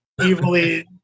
evilly